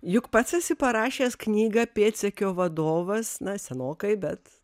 juk pats esi parašęs knygą pėdsekio vadovas na senokai bet